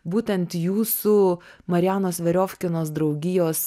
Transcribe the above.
būtent jūsų marianos veriofkinos draugijos